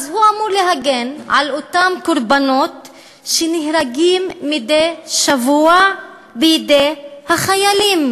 אז הוא אמור להגן על אותם קורבנות שנהרגים מדי שבוע בידי החיילים,